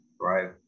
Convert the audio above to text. right